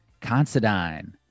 Considine